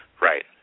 Right